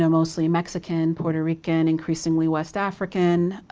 um mostly mexican, puerto rican, increasingly west african.